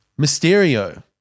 Mysterio